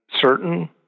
certain